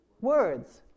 Words